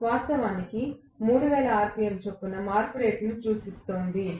వాస్తవానికి ఇది 3000 ఆర్పిఎమ్ చొప్పున మార్పు రేటును చూస్తోంది